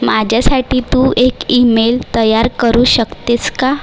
माझ्यासाठी तू एक ईमेल तयार करू शकतेस का